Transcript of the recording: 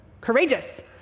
Courageous